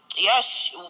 Yes